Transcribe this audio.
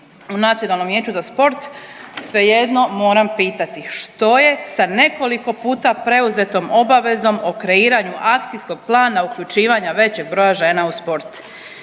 u Nacionalom vijeću za sport svejedno moram pitati, što je sa nekoliko puta preuzetom obavezom o kreiranju akcijskog plana uključivanja većeg broja žena u sport,